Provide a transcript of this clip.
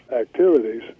activities